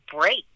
break